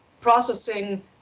processing